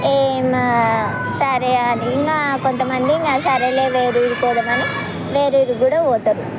సరే అని ఇంకా కొంతమంది సరే వేరే ఊరికి పోదామని వేరే ఊరికి కూడా పోతారు